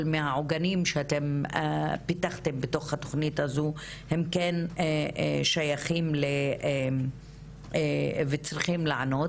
מהעוגנים שאתם פיתחתם בתוך התוכנית הזאת הם שייכים וצריכים לענות.